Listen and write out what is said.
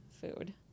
food